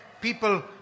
people